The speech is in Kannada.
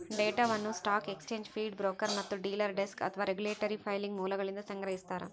ಡೇಟಾವನ್ನು ಸ್ಟಾಕ್ ಎಕ್ಸ್ಚೇಂಜ್ ಫೀಡ್ ಬ್ರೋಕರ್ ಮತ್ತು ಡೀಲರ್ ಡೆಸ್ಕ್ ಅಥವಾ ರೆಗ್ಯುಲೇಟರಿ ಫೈಲಿಂಗ್ ಮೂಲಗಳಿಂದ ಸಂಗ್ರಹಿಸ್ತಾರ